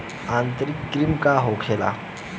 आंतरिक कृमि का होखे?